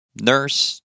nurse